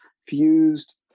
fused